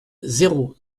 zéro